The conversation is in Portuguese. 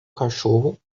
cachorro